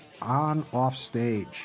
onoffstage